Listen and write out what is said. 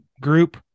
group